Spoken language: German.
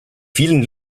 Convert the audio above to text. vielen